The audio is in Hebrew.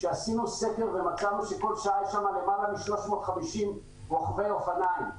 כשעשינו סקר מצאנו שכל שעה יש שם למעלה מ-350 רוכבי אופניים.